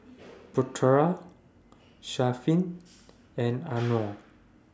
Putera Syafiq and Anuar